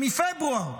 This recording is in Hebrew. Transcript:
שמפברואר